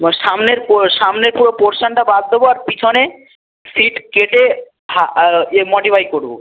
ও সামনের পুর সামনের পুরো পোর্সানটা বাদ দেবো আর পিছনে সিট কেটে খা এ মডিফাই করবো